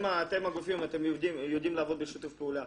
אתם הגופים, אתם יודעים לעבוד בשיתוף פעולה.